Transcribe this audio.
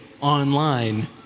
online